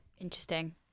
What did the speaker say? Interesting